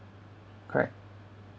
correct